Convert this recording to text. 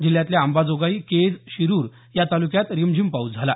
जिल्ह्यातल्या अंबाजोगाई केज शिरूर या तालुक्यात रिमझीम पाऊस झाला